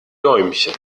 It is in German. däumchen